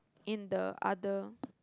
in the other